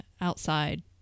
outside